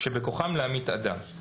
שבכוחם להמית אדם...".